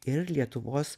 ir lietuvos